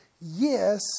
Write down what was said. yes